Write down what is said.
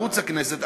ערוץ הכנסת,